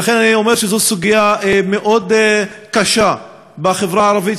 ולכן אני אומר שזו סוגיה מאוד קשה בחברה הערבית,